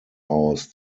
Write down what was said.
aus